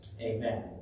Amen